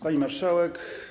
Pani Marszałek!